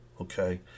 okay